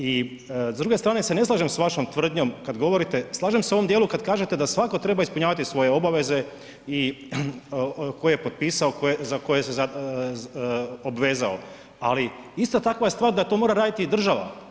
I s druge strane se ne slažem s vašom tvrdnjom kada govorite, slažem se u ovom dijelu kada kažete da svatko treba ispunjavati svoje obaveze koje je potpisao, za koje se obvezao, ali ista takva je stvar je da to mora raditi i država.